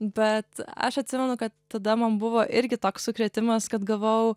bet aš atsimenu kad tada man buvo irgi toks sukrėtimas kad gavau